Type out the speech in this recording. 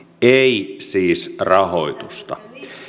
ei siis rahoitusta